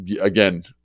again